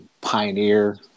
Pioneer